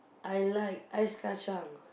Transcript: I like ice-kacang